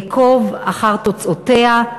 אעקוב אחר תוצאותיה,